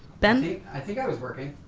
ben? i think i was working.